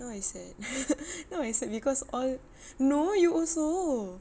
no I said no I said cause all no you also